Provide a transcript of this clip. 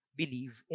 believe